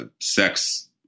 sex